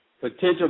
potential